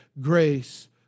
grace